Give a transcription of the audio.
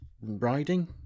Riding